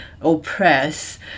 oppress